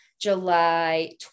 July